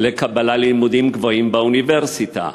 לקבלה ללימודים גבוהים באוניברסיטה.